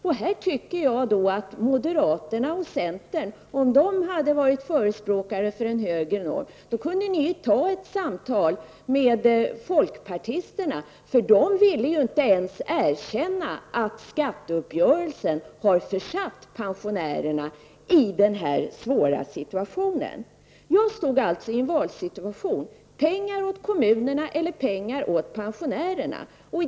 Om moderaterna och centern hade varit förespråkare för en högre norm kunde ni ju tagit ett samtal med folkpartisterna. De vill ju inte ens erkänna att skatteuppgörelserna har försatt pensionärerna i den här svåra situationen. Jag stod alltså i en valsituation: Pengar till kommunerna eller pengar till pensionärerna.